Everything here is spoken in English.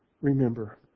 remember